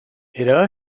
era